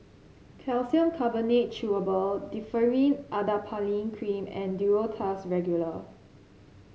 Calcium Carbonate Chewable Differin Adapalene Cream and Duro Tuss Regular